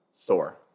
store